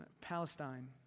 Palestine